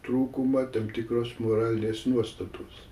trūkumą tam tikros moralės nuostatus